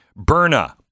Burna